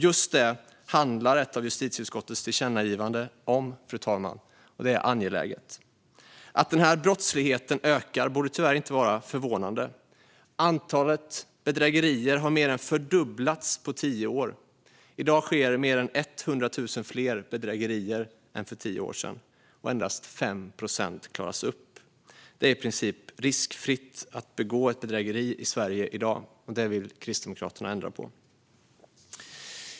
Just det handlar ett av justitieutskottets tillkännagivanden om, fru talman, och det är angeläget. Att den här brottsligheten ökar är tyvärr inte förvånande. Antalet bedrägerier har mer än fördubblats på tio år. I dag sker mer än 100 000 fler bedrägerier än för tio år sedan, och endast 5 procent klaras upp. Det är i princip riskfritt att begå ett bedrägeri i Sverige i dag. Det vill Kristdemokraterna ändra på. Fru talman!